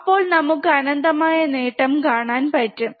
അപ്പോൾ നമുക്ക് അനന്തമായ നേട്ടം കാണാൻ പറ്റും